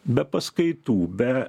be paskaitų be